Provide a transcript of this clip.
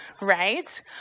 right